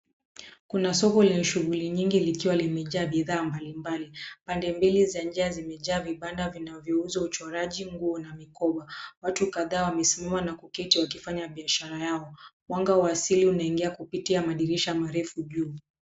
Kuna soko lenye shughuli nyingi likiwa limejaa bidhaa mbalimbali. Pande mbili za njia zimejaa vibanda vinavyouza uchoraji mguo na mikoba. Watu kadhaa wamesimama na kuketi wakifanya biashara yao. Mwanga wa asili unaingia kupitia madirisha marefu juu.